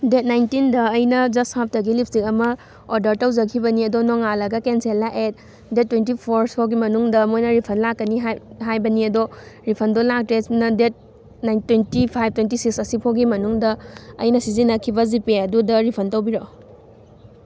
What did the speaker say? date ꯅꯥꯏꯟꯇꯤꯟꯗ ꯑꯩꯅ ꯖꯁ ꯍꯔꯞꯇꯒꯤ ꯂꯤꯞꯁꯇꯤꯛ ꯑꯃ ꯑꯣꯔꯗꯔ ꯇꯧꯖꯈꯤꯕꯅꯤ ꯑꯗꯣ ꯅꯣꯡꯉꯥꯜꯂꯒ ꯀꯦꯟꯁꯦꯜ ꯂꯥꯛꯑꯦ ꯗꯦꯠ ꯇ꯭ꯋꯦꯟꯇꯤꯐꯣꯔꯁꯤ ꯐꯥꯎꯒꯤ ꯃꯅꯨꯡꯗ ꯃꯣꯏꯅ ꯔꯤꯐꯟ ꯂꯥꯛꯀꯅꯤ ꯍꯥꯏꯕꯅꯤ ꯑꯗꯣ ꯔꯤꯐꯟꯗꯣ ꯂꯥꯛꯇ꯭ꯔꯦ ꯁꯣꯝꯅ date twenty five twenty six ꯑꯁꯤꯐꯥꯎꯒꯤ ꯃꯅꯨꯡꯗ ꯑꯩꯅ ꯁꯤꯖꯤꯟꯅꯈꯤꯕ ꯖꯤꯄꯦ ꯑꯗꯨꯗ ꯔꯦꯐꯟ ꯇꯧꯕꯤꯔꯛꯎ